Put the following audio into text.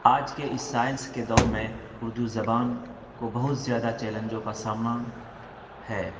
آج کے اس سائنس کے دور میں اردو زبان کو بہت زیادہ چیلنجوں کا سامنا ہے